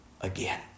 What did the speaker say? again